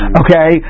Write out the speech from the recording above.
okay